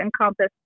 encompass